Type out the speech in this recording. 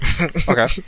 Okay